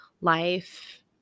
life